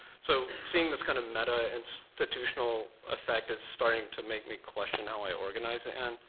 so seeing this kind of meta-institutional effect is starting to make me question how i organize the end.